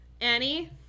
Annie